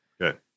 Okay